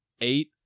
eight